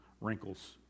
wrinkles